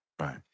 Right